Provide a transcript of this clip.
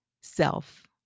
self